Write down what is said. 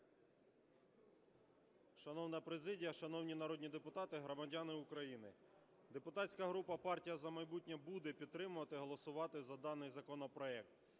Шановна президія, шановні народні депутати, громадяни України! Депутатська група "Партія "За майбутнє" буде підтримувати і голосувати за даний законопроект.